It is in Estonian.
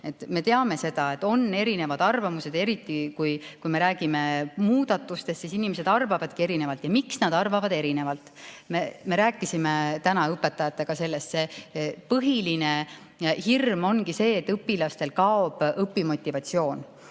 Me teame, et on erinevad arvamused. Eriti kui me räägime muudatustest, siis inimesed arvavadki erinevalt. Miks nad arvavad erinevalt? Me rääkisime täna õpetajatega sellest. Põhiline hirm ongi see, et õpilastel kaob õpimotivatsioon.